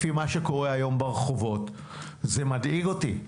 לפי מה שקורה היום ברחובות זה מדאיג אותי.